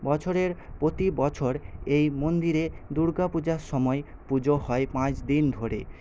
বছরের প্রতি বছর এই মন্দিরে দুর্গা পূজার সময় পুজো হয় পাঁচ দিন ধরে